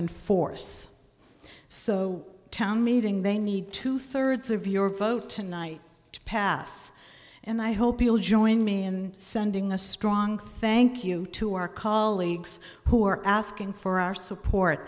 enforce so town meeting they need two thirds of your vote tonight to pass and i hope you'll join me in sending a strong thank you to our colleagues who are asking for our support